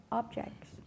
objects